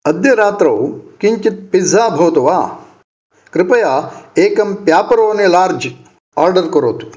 अद्य रात्रौ किञ्चित् पिज़्ज़ा भवतु वा कृपया एकं प्यापिरोनि लार्ज् आर्डर् करोतु